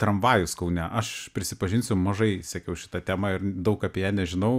tramvajus kaune aš prisipažinsiu mažai sekiau šitą temą ir daug apie ją nežinau